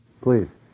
Please